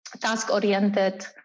task-oriented